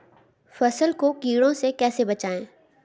फसल को कीड़ों से कैसे बचाएँ?